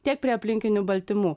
tiek prie aplinkinių baltymų